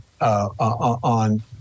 on